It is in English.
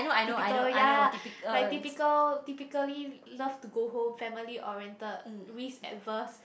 typical ya like typical typically love to go home family oriented risk adverse